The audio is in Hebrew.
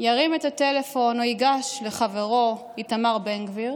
ירים את הטלפון או ייגש לחברו איתמר בן גביר